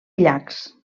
llacs